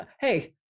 hey